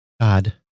God